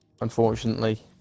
unfortunately